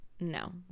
No